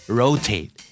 rotate